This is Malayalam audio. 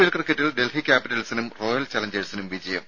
എൽ ക്രിക്കറ്റിൽ ഡൽഹി ക്യാപിറ്റൽസിനും റോയൽ ചലഞ്ചേഴ്സിനും വിജയം